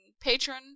patron